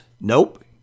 nope